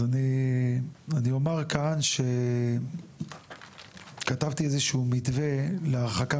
אז אני אומר כאן שכתבתי איזשהו מתווה להרחקה